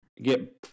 get